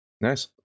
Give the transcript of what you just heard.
Nice